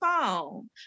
phone